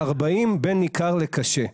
40 בין ניכר לקשה.